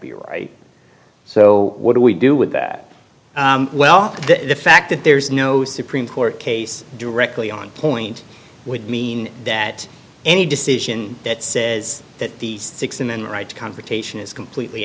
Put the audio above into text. be right so what do we do with that well the fact that there's no supreme court case directly on point would mean that any decision that says that the six women rights confrontation is completely